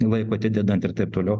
laiko atidedant ir taip toliau